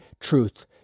truth